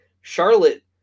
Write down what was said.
Charlotte